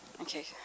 Okay